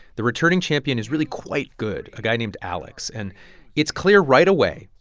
the returning champion is really quite good, a guy named alex. and it's clear right away,